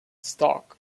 stock